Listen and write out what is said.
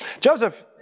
Joseph